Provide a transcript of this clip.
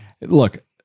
Look